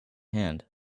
hand